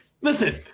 listen